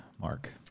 Mark